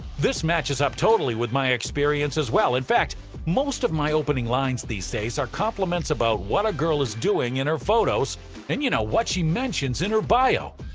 this matches up totally with my experience as well, in fact most of my opening lines these days are compliments about what a girl is doing in her photos are and you know what she mentions in her bio.